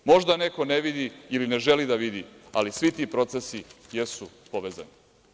Možda neko ne vidi ili ne želi da vidi, ali svi ti procesi jesu povezani.